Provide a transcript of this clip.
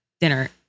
dinner